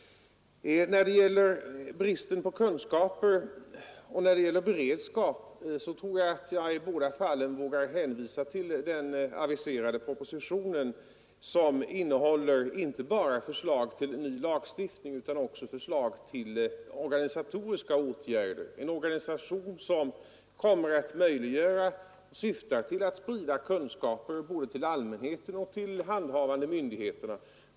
När det gäller bristen på kunskaper och frågan om beredskapen tror jag att jag i båda fallen vågar hänvisa till den aviserade propositionen, som inte bara innehåller förslag till ny lagstiftning utan också förslag till organisatoriska åtgärder. Det kommer att bli en organisation som syftar till att sprida kunskaper både till allmänheten och till de handhavande myndigheterna.